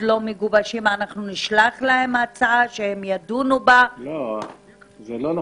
לא מגובשים ונשלח להם הצעה" --- זה לא נכון.